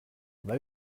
that